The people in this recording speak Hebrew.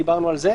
דיברנו על זה.